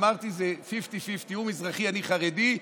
אמרתי: זה פיפטי פיפטי, הוא מזרחי, אני חרדי,